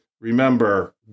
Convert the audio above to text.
remember